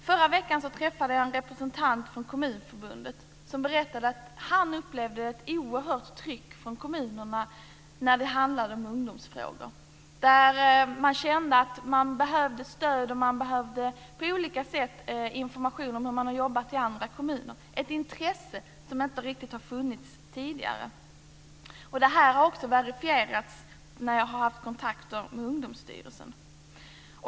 Förra veckan träffade jag en representant från Kommunförbundet som berättade att han upplevde ett oerhört tryck från kommunerna när det handlade om ungdomsfrågor. Man kände att man behövde stöd och information på olika sätt om hur andra kommuner har jobbat, ett intresse som inte riktigt har funnits tidigare. Detta har också verifierats när jag haft kontakter med Ungdomsstyrelsen.